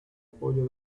apoyo